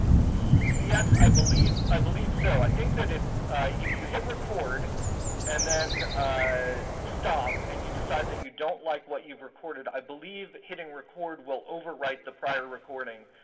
yes, i believe i believe so. i think that it's if you hit record and then stop and you decide you don't like what you've recorded, i believe hitting record will overwrite the prior recording.